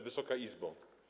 Wysoka Izbo!